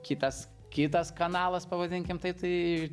kitas kitas kanalas pavadinkim tai